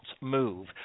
move